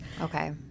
Okay